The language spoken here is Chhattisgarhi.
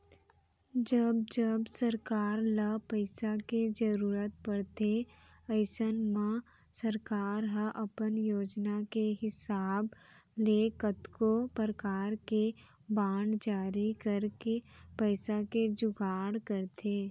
जब जब सरकार ल पइसा के जरूरत परथे अइसन म सरकार ह अपन योजना के हिसाब ले कतको परकार के बांड जारी करके पइसा के जुगाड़ करथे